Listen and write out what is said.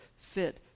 fit